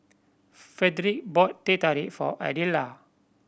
Frederic bought Teh Tarik for Adela